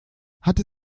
hatten